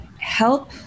help